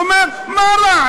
אומר: מה רע?